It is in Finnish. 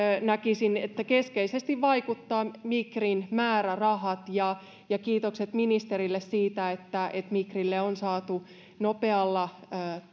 näkisin että siihen keskeisesti vaikuttavat migrin määrärahat ja ja kiitokset ministerille siitä että että migrille on saatu nopealla